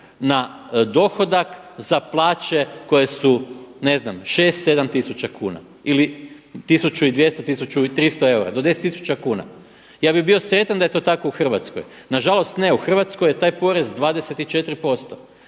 na dohodak za plaće koje su ne znam 6, 7 tisuća kuna ili 1200, 1300 eura, do 10 tisuća kuna, ja bih bio sretan da je to tako u Hrvatskoj. Nažalost ne, u Hrvatskoj je taj porez 24%.